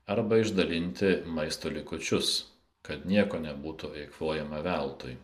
arba išdalinti maisto likučius kad nieko nebūtų eikvojama veltui